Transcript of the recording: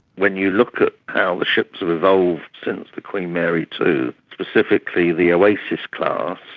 when you look at how the ships have evolved since the queen mary two, specifically the oasis class,